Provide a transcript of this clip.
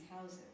houses